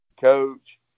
coach